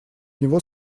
него